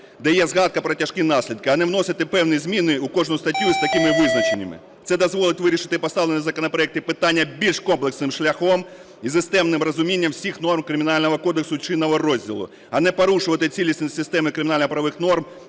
де є згадка про тяжкі наслідки, а не вносити певні зміни в кожну статтю із такими визначеннями. Це дозволить вирішити поставлене в законопроекті питання більш комплексним шляхом і системним розумінням всіх норм Кримінального кодексу чинного розділу, а не порушувати цілісність системи кримінально-правових норм